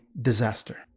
disaster